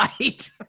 right